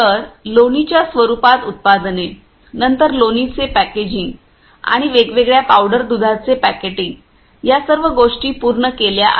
तर लोणीच्या स्वरूपात उत्पादने नंतर लोणीचे पॅकेटिंग आणि वेगवेगळ्या पावडर दुधाचे पॅकेटिंग या सर्व गोष्टी पूर्ण केल्या आहेत